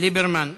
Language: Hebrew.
ליברמן איננו,